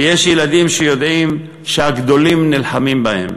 ויש ילדים שיודעים שהגדולים נלחמים בהם.